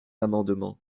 amendement